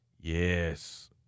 Yes